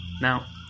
Now